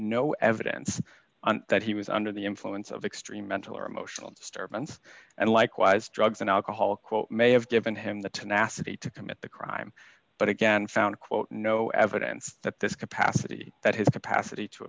no evidence that he was under the influence of extreme mental or emotional disturbance and likewise drugs and alcohol quote may have given him the tenacity to commit the crime but again found quote no evidence that this capacity that his capacity to